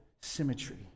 symmetry